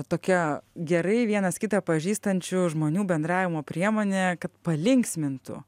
tokia gerai vienas kitą pažįstančių žmonių bendravimo priemonė kad palinksmintų